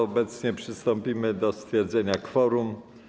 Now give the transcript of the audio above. Obecnie przystąpimy do stwierdzenia kworum.